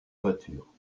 voiture